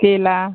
केला